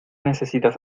necesitas